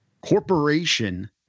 corporation